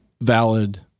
valid